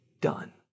done